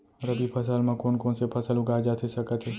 रबि फसल म कोन कोन से फसल उगाए जाथे सकत हे?